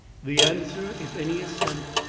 the answer, if any is sent,